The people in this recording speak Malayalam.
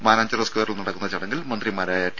മാനാഞ്ചിറ സ്ക്വയറിൽ നടക്കുന്ന ചടങ്ങിൽ മന്ത്രിമാരായ ടി